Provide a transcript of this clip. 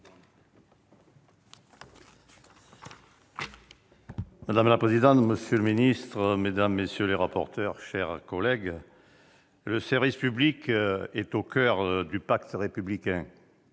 Madame la présidente, monsieur le secrétaire d'État, mesdames, messieurs les rapporteurs, chers collègues, le service public est au coeur du pacte républicain.